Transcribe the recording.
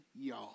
y'all